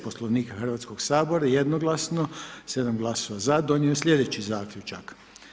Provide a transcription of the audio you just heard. Poslovnika Hrvatskog sabora jednoglasno, 7 glasova donio slijedeći zaključak.